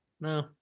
no